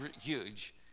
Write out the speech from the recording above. huge